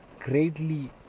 Greatly